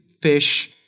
fish